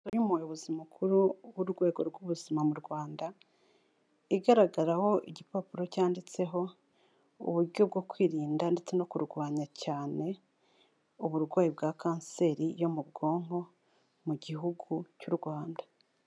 Umuyobozi mukuru w'urwego rw'ubuzima mu Rwanda, igaragaraho igipapuro cyanditseho uburyo bwo kwirinda ndetse no kurwanya cyane uburwayi bwa kanseri yo mu bwonko, mu gihugu cy'u Rwanda.